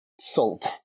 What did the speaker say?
salt